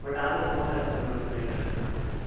but ಆದರೂ count ಆಗುತ್ತೆ madam three hundred kilometre